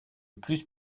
plus